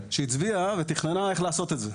שהצביעה ותכננה איך לעשות את זה.